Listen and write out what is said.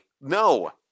no